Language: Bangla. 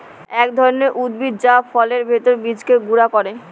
এক ধরনের উদ্ভিদ যা ফলের ভেতর বীজকে গুঁড়া করে